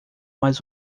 mais